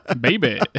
baby